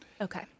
Okay